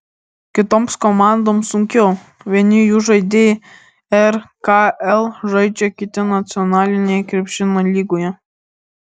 kitoms komandoms sunkiau vieni jų žaidėjai rkl žaidžia kiti nacionalinėje krepšinio lygoje